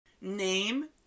name